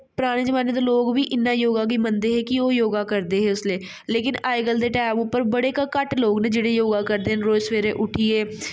पराने जमाने दे लोक बी इन्ना योगा गी मनदे है कि योगा करदे है उसलै लेकिन अजकल्ल दे टैम पर बड़े गै घट्ट लोक न जेह्ड़े योगा करदे न रोज सवैरे उट्ठियै